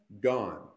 gone